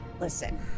listen